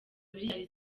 miliyari